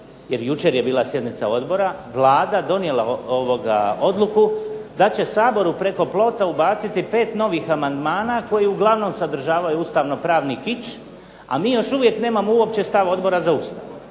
jer jučer je bila sjednica odbora, Vlada donijela odluku da će se Saboru preko plota ubaciti pet novih amandmana koji uglavnom sadržavaju ustavnopravni kič, a mi još uvijek nemamo uopće stav Odbora za Ustav.